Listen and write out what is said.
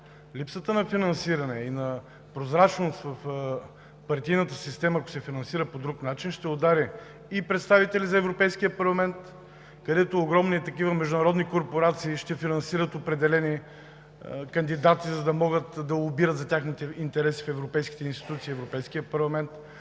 Липсата на финансиране и на прозрачност в партийната система, ако се финансира по друг начин, ще удари и представители за Европейския парламент, където огромни международни корпорации ще финансират определени кандидати, за да могат да лобират за техните интереси в европейските институции, в Европейския парламент.